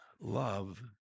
love